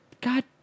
God